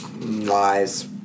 Lies